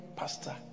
pastor